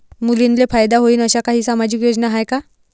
मुलींले फायदा होईन अशा काही सामाजिक योजना हाय का?